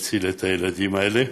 להציל את הילדים האלה.